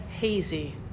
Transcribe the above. hazy